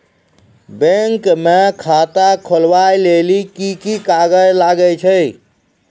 Bank म खाता खोलवाय लेली की की कागज लागै छै?